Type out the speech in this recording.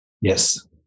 Yes